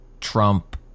trump